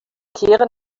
kehren